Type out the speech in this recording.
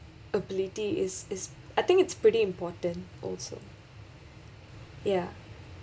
ability is is I think it's pretty important also ya